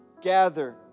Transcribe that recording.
Gather